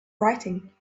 writing